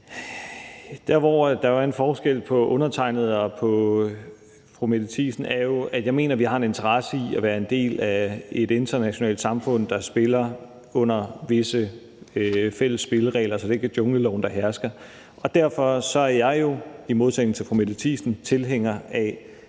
Der, hvor der er en forskel på undertegnede og fru Mette Thiesen, er jo, at jeg mener, vi har en interesse i at være en del af et internationalt samfund, der spiller under visse fælles spilleregler, så det ikke er jungleloven, der hersker. Derfor er jeg i modsætning til fru Mette Thiesen tilhænger af